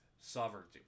sovereignty